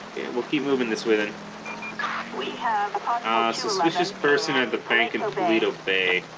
we'll keep moving this way then we have a suspicious person at the bank in but toledo bay ah